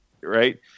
right